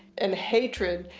and hatred.